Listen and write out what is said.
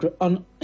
on